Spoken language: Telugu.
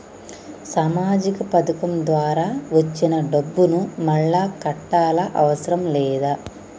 సామాజిక పథకం ద్వారా వచ్చిన డబ్బును మళ్ళా కట్టాలా అవసరం లేదా?